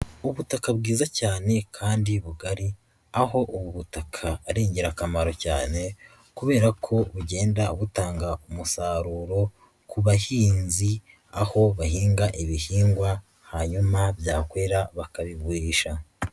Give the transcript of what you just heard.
Ubutaka bwiza cyane kandi bugari aho ubu butaka ari ingirakamaro cyane kubera ko bugenda butanga umusaruro ku bahinzi aho bahinga ibihingwa hanyuma byakwera bakabigurisha.